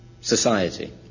society